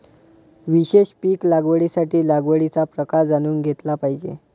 विशेष पीक लागवडीसाठी लागवडीचा प्रकार जाणून घेतला पाहिजे